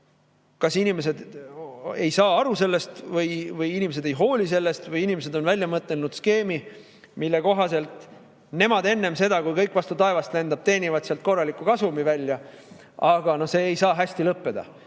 kas inimesed ei saa aru sellest või inimesed ei hooli sellest või inimesed on välja mõelnud skeemi, mille kohaselt nemad enne seda, kui kõik vastu taevast lendab, teenivad sealt korraliku kasumi. Aga see ei saa hästi lõppeda.